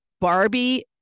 Barbie